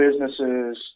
businesses